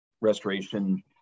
restoration